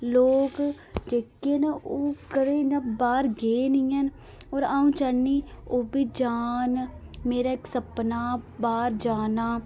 लोक जेहके ना ओह् कदें इ'यां बाहर गे नेईं हैन औरअ 'ऊं चाह्न्नीं ओह्बी जाह्न मेरा इक सपना बाहर जाना